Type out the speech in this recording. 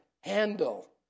handle